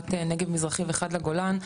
אחת נגב מזרחי ואחת לגולן,